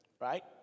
right